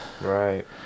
Right